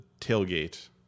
tailgate